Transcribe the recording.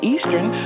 Eastern